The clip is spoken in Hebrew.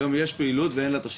היום יש פעילות ואין לה תשתית.